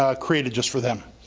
ah created just for them.